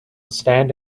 stand